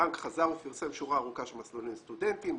הבנק חזר ופרסם שורה ארוכה של מסלולי סטודנטים,